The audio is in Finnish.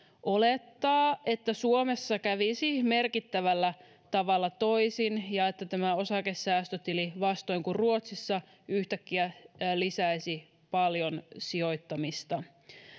olettaa että suomessa kävisi merkittävällä tavalla toisin ja että tämä osakesäästötili vastoin kuin ruotsissa yhtäkkiä lisäisi paljon sijoittamista